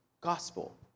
gospel